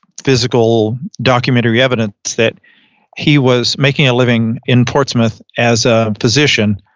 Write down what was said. physical documentary evidence that he was making a living in portsmouth as a physician,